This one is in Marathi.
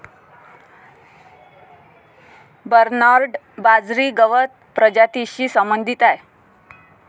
बर्नार्ड बाजरी गवत प्रजातीशी संबंधित आहे